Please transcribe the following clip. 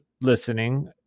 listening